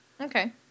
Okay